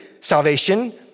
Salvation